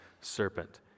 serpent